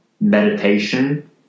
meditation